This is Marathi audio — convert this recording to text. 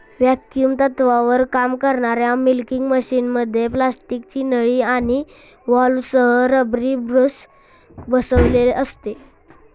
व्हॅक्युम तत्त्वावर काम करणाऱ्या मिल्किंग मशिनमध्ये प्लास्टिकची नळी आणि व्हॉल्व्हसह रबरी बुश बसविलेले असते